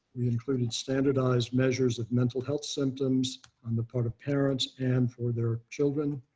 we included standardized measures of mental health symptoms on the part of parents and for their children.